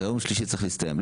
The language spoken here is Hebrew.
זה צריך להסתיים ביום שלישי.